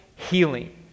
healing